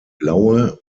blaue